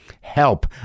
Help